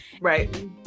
Right